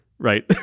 right